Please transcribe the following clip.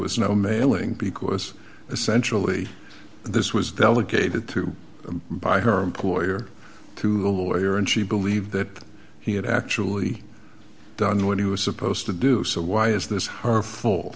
was no mailing because essentially this was delegated to him by her employer to the lawyer and she believed that he had actually done what he was supposed to do so why is this her f